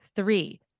Three